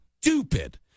stupid